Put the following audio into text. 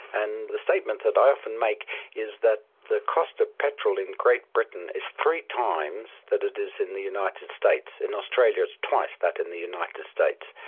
and the statement that i often make is that the cost of petrol in great britain is three times that it is in the united states, in australia it is twice that in the united states,